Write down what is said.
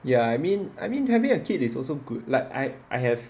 ya I mean I mean having a kid is also good like I I have